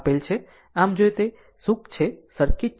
આમ જો તે પછી આ શું છે સર્કિટ 4